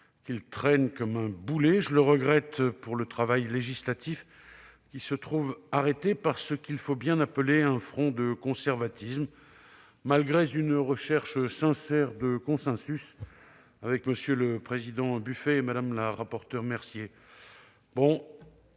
qu'ils traînent comme un boulet. Je le regrette aussi pour le travail législatif, qui se trouve arrêté par ce qu'il faut bien appeler un front de conservatisme, malgré une recherche sincère de consensus avec M. Buffet, président de la commission